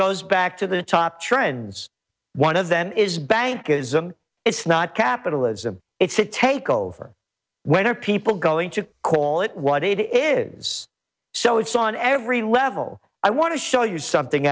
goes back to the top trends one of them is bank ism it's not capitalism it's a takeover when are people going to call it what it is so it's on every level i want to show you something